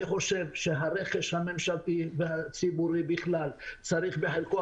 אני חושב שהרכב הממשלתי והציבורי בכלל צריך בחלקו